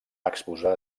exposar